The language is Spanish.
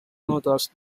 notas